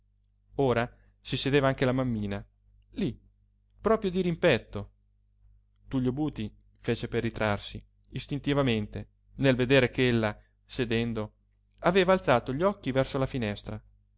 rideva ora si sedeva anche la mammina lí proprio dirimpetto tullio buti fece per ritrarsi istintivamente nel vedere ch'ella sedendo aveva alzato gli occhi verso la finestra